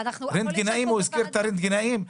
הוא הזכיר את הרנטגנאים.